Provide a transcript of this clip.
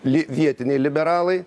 li vietiniai liberalai